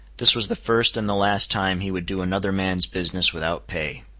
this was the first and the last time he would do another man's business without pay.